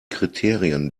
kriterien